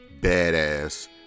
badass